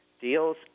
Deals